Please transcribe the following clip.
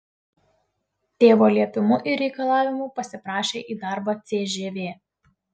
tėvo liepimu ir reikalavimu pasiprašė į darbą cžv